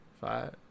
Five